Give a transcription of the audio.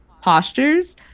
postures